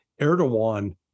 Erdogan